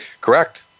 Correct